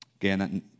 Again